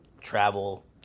travel